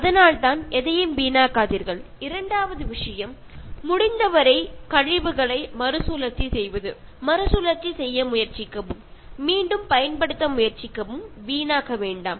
அதனால்தான் எதையும் வீணாக்காதீர்கள் இரண்டாவது முக்கியமான விஷயம் முடிந்தவரை கழிவுகளை மறுசுழற்சி செய்வது மறுசுழற்சி செய்ய முயற்சிக்கவும் மீண்டும் பயன்படுத்த முயற்சிக்கவும் வீணாக்க வேண்டாம்